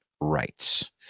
rights